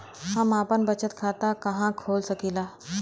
हम आपन बचत खाता कहा खोल सकीला?